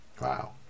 Wow